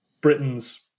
Britain's